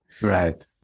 right